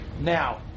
Now